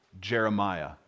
Jeremiah